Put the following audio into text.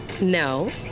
no